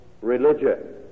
religion